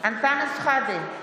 אנטאנס שחאדה,